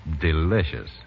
Delicious